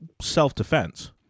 self-defense